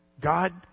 God